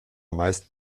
meist